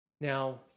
Now